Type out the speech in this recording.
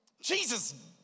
Jesus